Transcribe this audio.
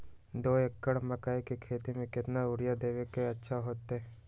दो एकड़ मकई के खेती म केतना यूरिया देब त अच्छा होतई?